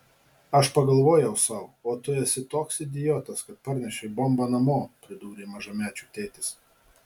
aš pagalvojau sau o tu esi toks idiotas kad parnešei bombą namo pridūrė mažamečių tėtis